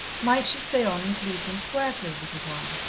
might she stay on in clevedon square for a little while?